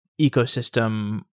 ecosystem